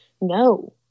No